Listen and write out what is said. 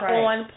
on